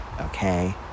Okay